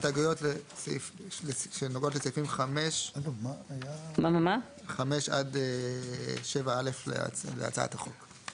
הסתייגויות לסעיפים (5) עד (7)(א) להצעת החוק.